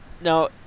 Now